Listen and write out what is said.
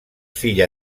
filla